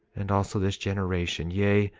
and also this generation yea,